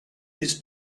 its